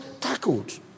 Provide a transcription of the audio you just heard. tackled